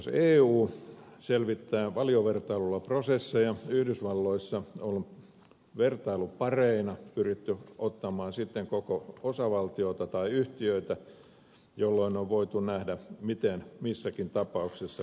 jos eu selvittää valiovertailulla prosesseja yhdysvalloissa on vertailupareina pyritty ottamaan sitten koko osavaltioita tai yhtiöitä jolloin on voitu nähdä miten missäkin tapauksessa kannattaisi menetellä